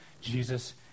Jesus